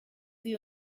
sie